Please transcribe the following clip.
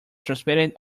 transplanted